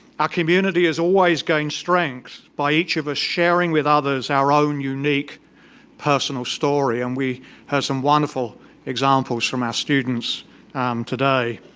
ah community is always growing strength by each of us sharing with others our own unique personal story and we have some wonderful examples from our students today.